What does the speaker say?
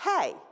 Hey